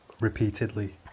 repeatedly